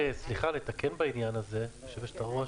אני רוצה רק לתקן בעניין הזה, יושבת-הראש